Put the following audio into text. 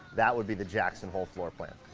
that would be the jackson hole floor plan.